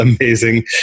amazing